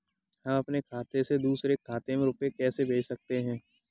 हम अपने खाते से दूसरे के खाते में रुपये कैसे भेज सकते हैं?